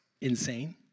insane